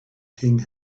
king